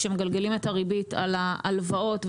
כשמגלגלים את הריבית על ההלוואות,